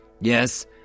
Yes